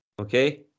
okay